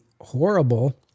horrible